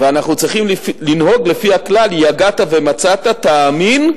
ואנחנו צריכים לנהוג לפי הכלל: יגעת ומצאת תאמין,